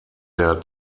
der